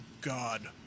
God